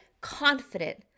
confident